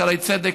שערי צדק,